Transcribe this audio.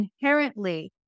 inherently